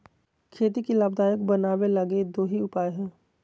खेती के लाभदायक बनाबैय लगी दो ही उपाय हइ